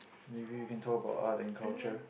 maybe you can talk about art and culture